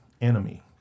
enemy